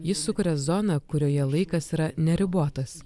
jis sukuria zoną kurioje laikas yra neribotas